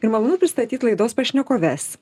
ir malonu pristatyt laidos pašnekoves